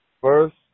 first